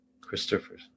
Christopher